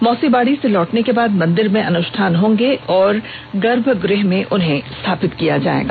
मौसीबाड़ी से लौटने के बाद मंदिर में अनुष्ठान होंगे और गर्भगृह में स्थापित कर दिया जायेगा